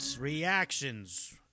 Reactions